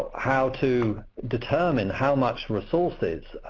how to determine how much resources?